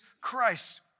Christ